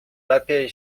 lepiej